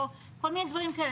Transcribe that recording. דברים כאלה.